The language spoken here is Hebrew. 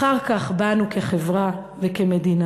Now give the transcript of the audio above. אחר כך בנו כחברה וכמדינה.